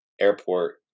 airport